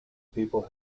people